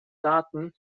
daten